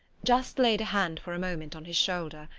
just laid a hand for a moment on his shoulder,